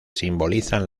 simbolizan